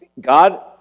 God